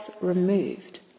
removed